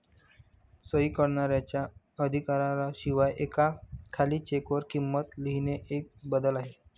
सही करणाऱ्याच्या अधिकारा शिवाय एका खाली चेक वर किंमत लिहिणे एक बदल आहे